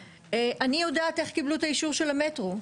אני יודעת איך קיבלו את האישור של המטרו,